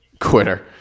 Quitter